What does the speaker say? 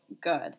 good